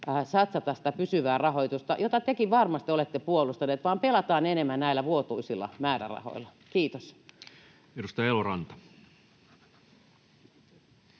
satsata sitä pysyvää rahoitusta, jota tekin varmasti olette puolustanut, vaan pelataan enemmän näillä vuotuisilla määrärahoilla? — Kiitos. Edustaja Eloranta.